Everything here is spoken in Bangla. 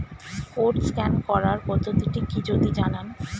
কোড স্ক্যান করার পদ্ধতিটি কি যদি জানান?